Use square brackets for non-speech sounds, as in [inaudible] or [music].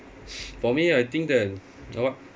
[breath] for me I think that wha~